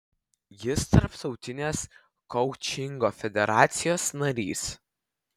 jis tarptautinės koučingo federacijos narys